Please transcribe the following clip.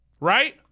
right